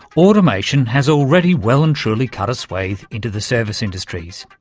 automation has already well and truly cut a swath into the service industries.